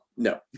No